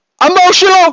emotional